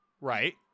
right